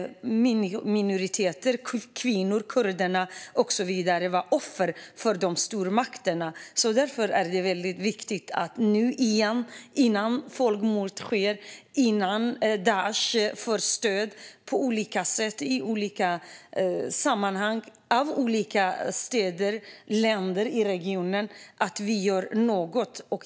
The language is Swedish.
Minoriteter, kvinnor, kurder och så vidare blir offer för dessa stormakter. Därför är det väldigt viktigt att vi nu gör något, innan det sker folkmord och innan Daish förstör städer och länder i regionen på olika sätt.